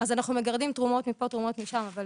אנחנו מגרדים תרומות מפה ומשם אבל